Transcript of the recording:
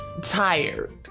tired